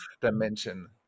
dimension